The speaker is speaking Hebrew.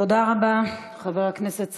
תודה רבה, חבר הכנסת סעדי.